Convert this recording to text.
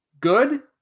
Good